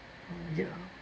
uh ya